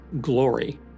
glory